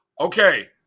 Okay